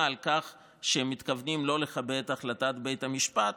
על כך שהם מתכוונים לא לכבד את החלטת בית המשפט.